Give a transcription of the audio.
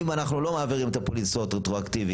אם אנחנו לא מעבירים את הפוליסות רטרואקטיבית,